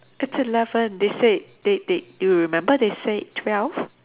it's eleven they said they they you remember they said twelve